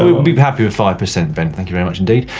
we'd be be happy with five percent ben, thank you very much indeed.